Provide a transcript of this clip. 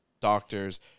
Doctors